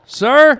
sir